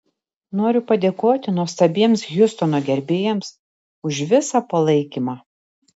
noriu padėkoti nuostabiems hjustono gerbėjams už visą palaikymą